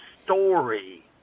story